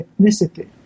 ethnicity